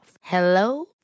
Hello